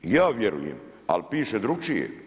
I ja vjerujem, ali piše drukčije.